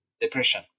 depression